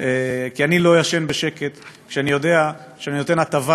כי אני לא ישן בשקט כשאני יודע שאני נותן הטבה